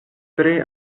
tre